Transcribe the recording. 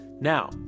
Now